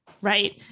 Right